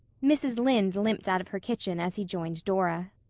mrs. lynde limped out of her kitchen as he joined dora.